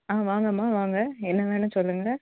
ஆ வாங்கம்மா வாங்க என்ன வேணும் சொல்லுங்க